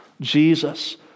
Jesus